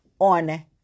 on